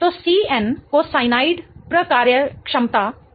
तो CN को cyanide प्रकार्यक्षमता कहा जाता है